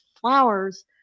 flowers